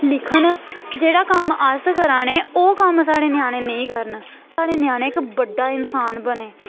लिखन जेह्ड़ा कम्म अस करा ने ओह् कम्म साढ़े ञ्यानें नेईं करन साढ़े ञ्यानें इक बड्डा इंसान बने